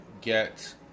get